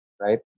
right